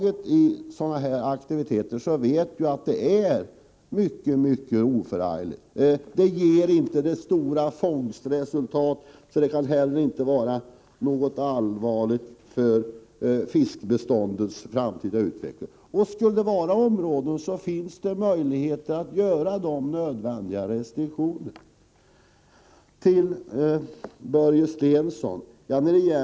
Alla som har sysslat med det vet att det är mycket oförargligt. Med det här fisket är det inte fråga om några stora fångster, så det kan heller inte innebära någon allvarlig fara för fiskbeståndets framtida utveckling. Om det skulle visa sig finnas områden där fisket skulle kunna vara till skada, så finns det ju möjligheter att införa de restriktioner som är nödvändiga.